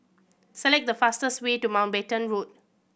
select the fastest way to Mountbatten Road